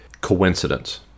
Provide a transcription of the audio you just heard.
coincidence